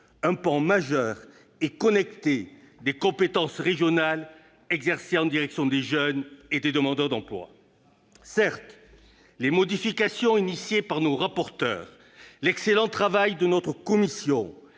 un pan majeur et connecté des compétences régionales exercées en direction des jeunes et des demandeurs d'emploi. Certes, les modifications initiées par nos rapporteurs en commission